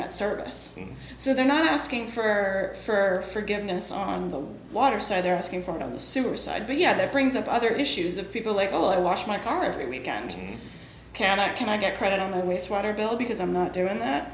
that service so they're not asking for forgiveness on the water side they're asking for it on the sewer side but yeah that brings up other issues of people like oh i wash my car every weekend can i can i get credit on the waste water bill because i'm not doing that